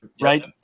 right